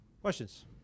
Questions